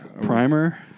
Primer